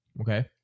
Okay